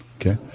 Okay